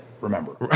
Remember